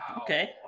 Okay